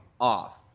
off